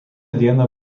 dieną